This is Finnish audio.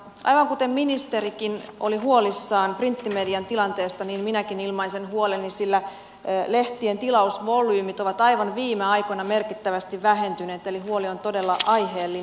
aivan kuten ministerikin oli huolissaan printtimedian tilanteesta niin minäkin ilmaisen huoleni sillä lehtien tilausvolyymit ovat aivan viime aikoina merkittävästi vähentyneet eli huoli on todella aiheellinen